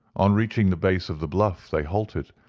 on reaching the base of the bluff they halted,